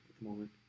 moment